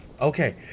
Okay